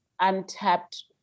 untapped